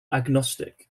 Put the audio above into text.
agnostic